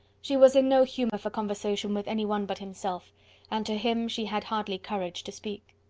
she was in no humour for conversation with anyone but himself and to him she had hardly courage to speak.